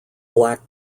black